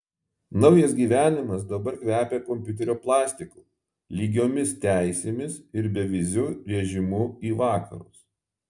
naujas gyvenimas dabar kvepia kompiuterio plastiku lygiomis teisėmis ir beviziu režimu į vakarus